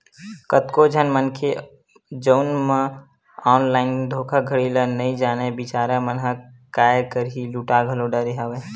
कतको झन मनखे जउन मन ऑनलाइन धोखाघड़ी ल नइ जानय बिचारा मन ह काय करही लूटा घलो डरे हवय